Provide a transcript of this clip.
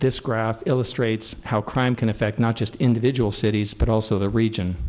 graph illustrates how crime can affect not just individual cities but also the region